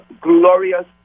glorious